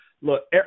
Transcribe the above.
Look